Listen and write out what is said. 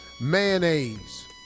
mayonnaise